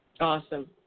Awesome